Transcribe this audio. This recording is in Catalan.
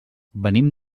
venim